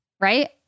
Right